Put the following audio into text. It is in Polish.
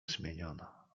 zmieniona